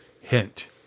hint